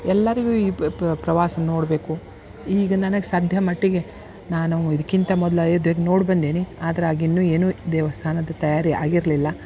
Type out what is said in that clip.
ಎಲ್ಲರಿಗೂ ಈ ಪ್ರವಾಸ ನೊಡಬೇಕು ಈಗ ನನಗೆ ಸಧ್ಯ ಮಟ್ಟಿಗೆ ನಾನು ಇದಕ್ಕಿಂತ ಮೊದ್ಲು ಅಯೋಧ್ಯೆ ನೋಡ್ಬಂದೀನಿ ಆದ್ರೆ ಆಗಿನ್ನೂ ಏನೂ ದೇವಸ್ಥಾನದ ತಯಾರಿ ಆಗಿರಲಿಲ್ಲ